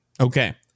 Okay